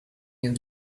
your